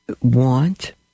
want